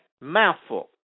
Mouthful